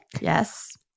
Yes